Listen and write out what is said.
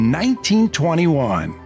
1921